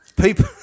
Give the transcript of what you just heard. people